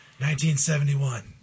1971